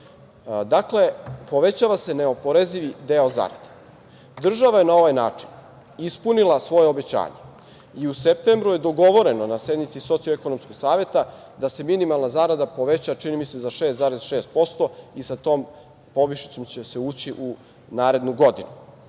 Povećava se neoporezivi deo zarada. Država je na ovaj način ispunila svoje obećanje i u septembru je dogovoreno na sednici Socio-ekonomskog saveta da se minimalna zarada poveća, čini mi se, za 6,6% i sa tom povišicom će se ući u narednu godinu. Država